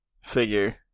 figure